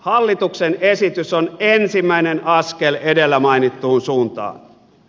hallituksen esitys on ensimmäinen askel edellä mainittuun suuntaan